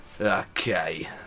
Okay